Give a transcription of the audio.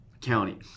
County